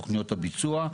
תוכניות הביצוע.